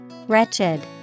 Wretched